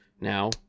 Now